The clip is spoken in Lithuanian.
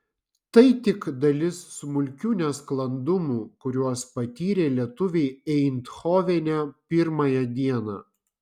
tai tik dalis smulkių nesklandumų kuriuos patyrė lietuviai eindhovene pirmąją dieną